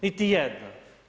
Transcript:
Niti jedna.